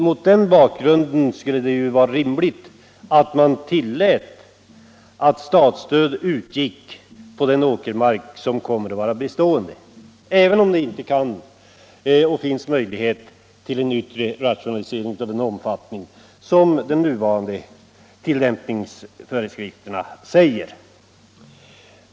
Mot den bakgrunden vore det då rimligt att statligt stöd utgick till återmark som kan anses bli bestående, även om det inte finns några möjligheter att där företa yttre rationaliseringar i den omfattning som gällande tillämpningsföreskrifter föreskriver.